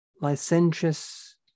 licentious